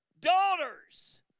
Daughters